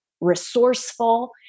resourceful